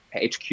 hq